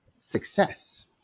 success